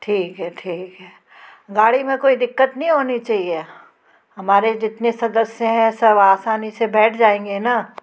ठीक है ठीक है गाड़ी में कोई दिक्कत नहीं होनी चाहिए हमारे जितने सदस्य हैं सब आसानी से बैठ जाएंगे ना